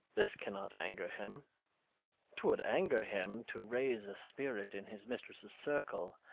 this cannot anger him twould anger him to raise a spirit in his mistress circle,